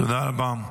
תודה רבה.